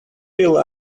will